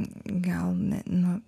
gal ne nu